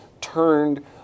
turned